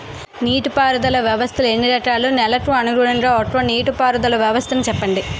నీటి పారుదల వ్యవస్థలు ఎన్ని రకాలు? నెలకు అనుగుణంగా ఒక్కో నీటిపారుదల వ్వస్థ నీ చెప్పండి?